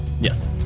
Yes